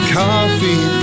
coffee